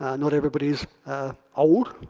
um not everybody is old,